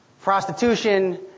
prostitution